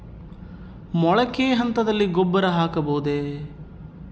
ಮೊಳಕೆ ಹಂತದಲ್ಲಿ ಗೊಬ್ಬರ ಹಾಕಬಹುದೇ?